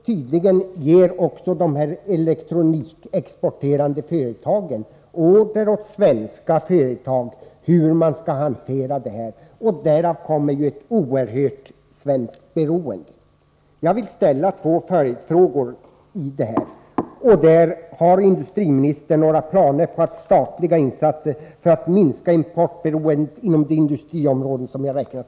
Tydligen ger också de elektronikexporterande företagen order åt svenska företag om hur de skall handla. Det tyder ju på att vårt beroende är oerhört stort.